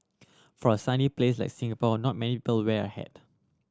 for a sunny place like Singapore not many people wear a hat